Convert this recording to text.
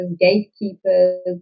gatekeepers